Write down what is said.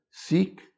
Seek